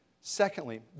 Secondly